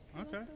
Okay